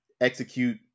execute